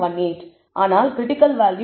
18 ஆனால் critical value 2